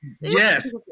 yes